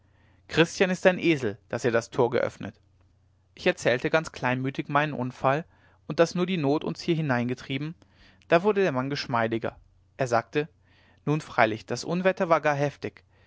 christian ist ein esel daß er das tor geöffnet ich erzählte ganz kleinmütig meinen unfall und daß nur die not uns hier hineingetrieben da wurde der mann geschmeidiger er sagte nun freilich das unwetter war gar heftig